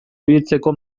ibiltzeko